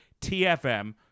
TFM